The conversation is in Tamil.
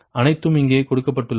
அனைத்தும் இங்கே கொடுக்கப்பட்டுள்ளன